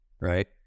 right